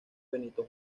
benito